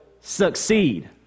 succeed